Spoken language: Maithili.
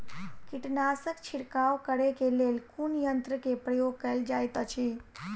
कीटनासक छिड़काव करे केँ लेल कुन यंत्र केँ प्रयोग कैल जाइत अछि?